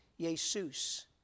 Jesus